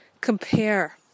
compare